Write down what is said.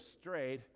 straight